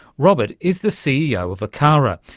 robert is the ceo of acara,